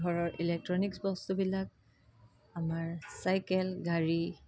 ঘৰৰ ইলেক্ট্ৰনিক্ছ বস্তুবিলাক আমাৰ চাইকেল গাড়ী